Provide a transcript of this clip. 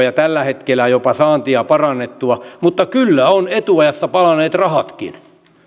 ja tällä hetkellä jopa saantoa parannettua mutta kyllä ovat etuajassa palaneet rahatkin